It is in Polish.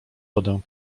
wodę